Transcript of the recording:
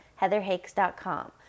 heatherhakes.com